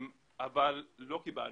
אבל בפועל לא קיבלנו.